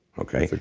okay?